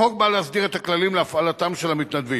החוק בא להסדיר את הכללים להפעלתם של המתנדבים.